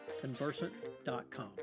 conversant.com